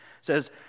says